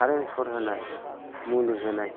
खारेन्ट short होनाय मुलि होनाय